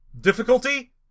difficulty